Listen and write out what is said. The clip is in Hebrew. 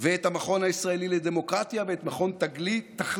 ואת המכון הישראלי לדמוקרטיה, את מכון תכלית,